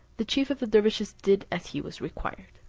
the chief of the dervises did as he was required.